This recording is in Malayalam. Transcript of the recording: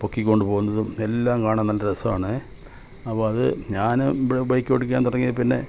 പൊക്കി കൊണ്ട് പോവുന്നതും എല്ലാം കാണാൻ നല്ല രസമാണ് അപ്പം അത് ഞാൻ ബൈക്ക് ഓടിക്കാൻ തുടങ്ങിയതിൽ പിന്നെ